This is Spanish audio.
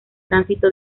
tránsito